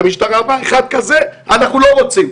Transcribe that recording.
המשטרה אמרה שאחד כזה הם לא רוצים.